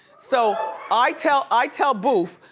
so. i tell i tell boof,